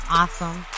awesome